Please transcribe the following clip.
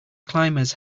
climbers